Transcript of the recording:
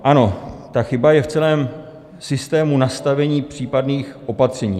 Ano, ta chyba je v celém systému nastavení případných opatření.